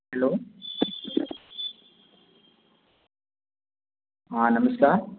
hello हाँ नमस्कार